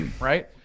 right